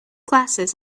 glasses